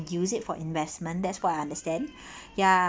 use it for investment that's what I understand ya